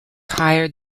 hired